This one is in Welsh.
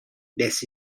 nes